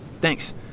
Thanks